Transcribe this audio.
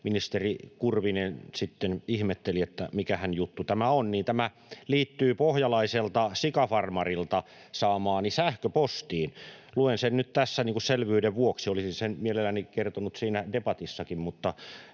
ministeri Kurvinen sitten ihmetteli, mikähän juttu tämä on. Tämä liittyy pohjalaiselta sikafarmarilta saamaani sähköpostiin. Luen sen nyt tässä selvyyden vuoksi — olisin sen mielelläni kertonut siinä debatissakin,